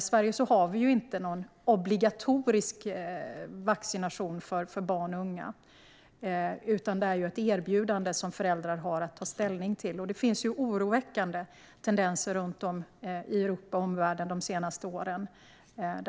I Sverige har vi inte någon obligatorisk vaccination av barn och unga, utan det är ett erbjudande som föräldrar har att ta ställning till. Det finns oroväckande tendenser i Europa och omvärlden under de senaste åren.